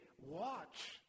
watch